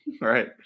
Right